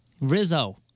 Rizzo